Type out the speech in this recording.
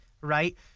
right